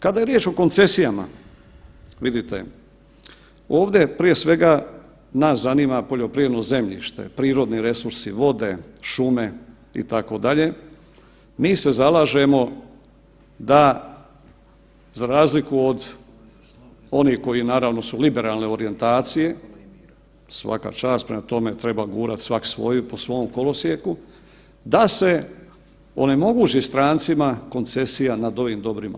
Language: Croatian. Kada je riječ o koncesijama vidite ovdje prije svega nas zanima poljoprivredno zemljište, prirodni resursi, vode, šume itd., mi se zalažemo da za razliku od onih koji naravno su liberalne orijentacije, svaka čast, prema tome treba gurat svak svoju po svom kolosijeku da se onemogući strancima koncesija nad ovim dobrima.